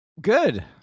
Good